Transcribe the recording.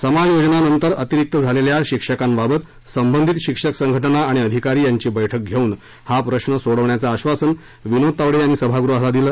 समायोजनानंतर अतिरिक्त झालेल्या शिक्षकांबाबत संबंधित शिक्षक संघटना आणि अधिकारी यांची बस्क्रि घेऊन हा प्रश्न सोडवण्याचं आक्षासन विनोद तावडे यांनी सभागृहाला दिलं